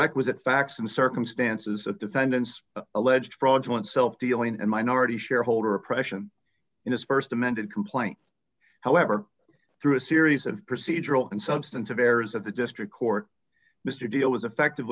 requisite facts and circumstances of defendants alleged frauds oneself dealing and minority shareholder oppression in his st amended complaint however through a series of procedural and substantive errors of the district court mr deal was effect